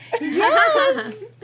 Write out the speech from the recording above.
Yes